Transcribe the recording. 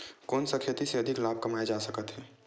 कोन सा खेती से अधिक लाभ कमाय जा सकत हे?